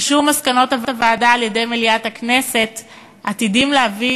אישור מסקנות הוועדה על-ידי מליאת הכנסת עתיד להביא